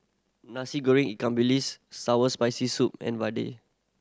Nasi Goreng ikan bilis sours Spicy Soup and